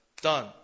Done